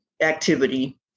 activity